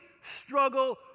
struggle